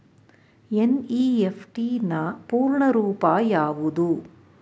NEFT ನ ಪೂರ್ಣ ರೂಪ ಯಾವುದು?